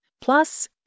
plus